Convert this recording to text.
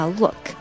look